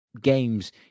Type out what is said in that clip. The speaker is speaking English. games